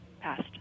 passed